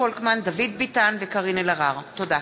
תודה.